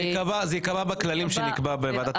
זה ייקבע בכללים שייקבעו בוועדת הכנסת.